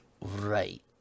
Right